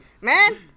man